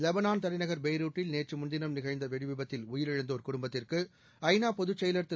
வெபனான் தலைநகர் பெய்ரூட்டில் நேற்று முன்தினம் நிகழ்ந்த வெடிவிபத்தில் உயிரிழந்தோர் குடும்பத்திற்கு ஐநா பொதுச் செயலர் திரு